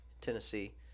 Tennessee